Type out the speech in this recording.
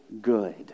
good